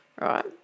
right